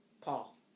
Paul